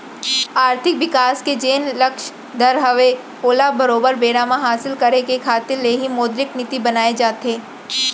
आरथिक बिकास के जेन लक्छ दर हवय ओला बरोबर बेरा म हासिल करे के खातिर ले ही मौद्रिक नीति बनाए जाथे